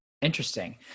Interesting